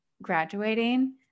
graduating